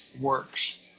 works